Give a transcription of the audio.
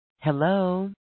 Hello